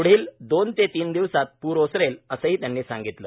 पुढील दोन ते तीन दिवसात पूर ओसरेल असंही त्यांनी सांगितलं